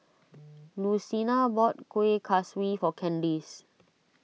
Lucina bought Kuih Kaswi for Kandice